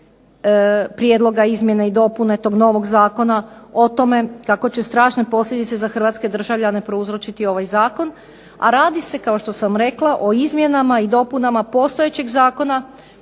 prijedloga izmjene i dopune tog novog zakona o tome kako će strašne posljedice za hrvatske državljane prouzročiti ovaj zakon. A radi se kao što sam rekla o izmjenama i dopunama postojećeg zakona